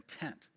intent